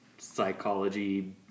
Psychology